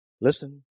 Listen